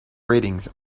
ratings